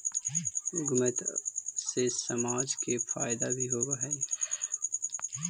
उद्यमिता से समाज के फायदा भी होवऽ हई